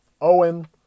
Owen